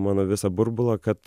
mano visą burbulą kad